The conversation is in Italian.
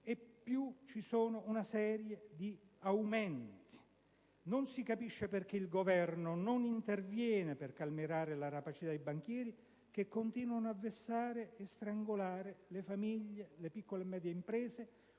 considerare una serie di aumenti. Non si capisce perché il Governo non intervenga per calmierare la rapacità dei banchieri, che continuano a vessare e strangolare le famiglie, le piccole e medie imprese,